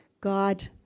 god